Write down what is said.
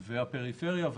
הפריפריה,